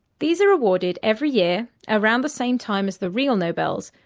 these are awarded every year around the same time as the real nobels,